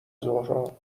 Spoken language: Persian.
ظهرها